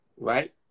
right